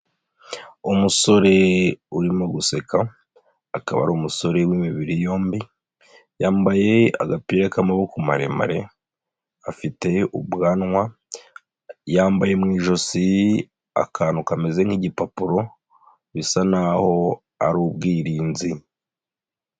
Umusore urimo guseka, akaba ari umusore w'imibiri yombi, yambaye agapira k'amaboko maremare, afite ubwanwa, yambaye mu ijosi akantu kameze nk'igipapuro. Bisa n'aho ari ubwirinzi.